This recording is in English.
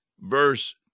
Verse